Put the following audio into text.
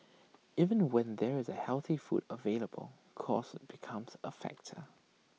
even the when there is healthy food available cost becomes A factor